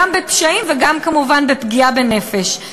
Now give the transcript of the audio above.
גם בפשעים וגם כמובן בפגיעה בנפש.